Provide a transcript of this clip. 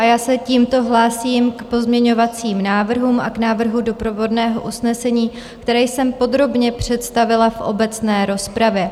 Já se tímto hlásím k pozměňovacím návrhům a k návrhu doprovodného usnesení, které jsem podrobně představila v obecné rozpravě.